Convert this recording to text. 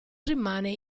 rimane